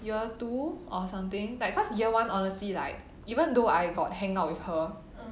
year two or something like cause year one honestly like even though I got hang out with her